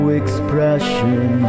expression